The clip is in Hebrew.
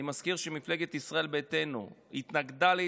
אני מזכיר שמפלגת ישראל ביתנו התנגדה להתנתקות.